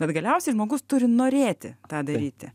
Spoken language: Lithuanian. bet galiausiai žmogus turi norėti tą daryti